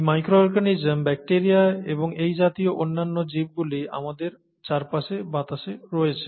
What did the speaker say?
এই micro organism bacteria এবং এই জাতীয় অন্যান্য জীবগুলি আমাদের চারপাশে বাতাসে রয়েছে